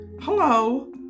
hello